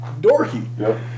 dorky